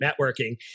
Networking